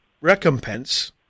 recompense